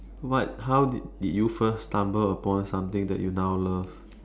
what how did you first stumble upon something that you now love